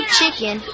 chicken